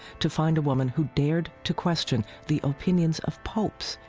to find a woman who dared to question the opinions of popes,